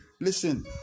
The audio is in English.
Listen